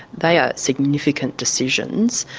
they are significant decisions,